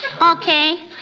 Okay